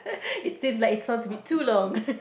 it seem like it sounds a bit too long